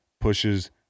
pushes